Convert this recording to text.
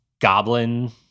goblin